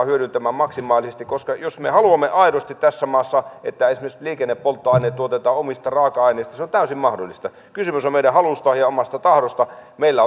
hyödyntämään maksimaalisesti jos me haluamme aidosti tässä maassa että esimerkiksi liikennepolttoaineet tuotetaan omista raaka aineista se on täysin mahdollista kysymys on meidän halustamme ja omasta tahdostamme meillä